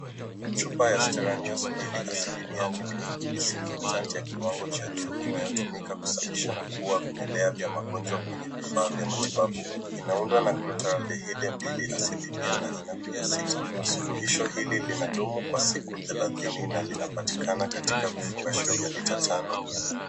Chupa ya Steranios mbili asilimia mingi disinfectant ya kiwango cha juu inayotumika kusafisha na kuua vimelea vya magonjwa kwenye vifaa vya matibabu, inaundwa na glutaraldehyde mbili asilimia na ina pH sita. Suluhisho hili linadumu kwa siku 30 na linapatikana katika vifungashio vya lita tano.